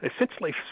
essentially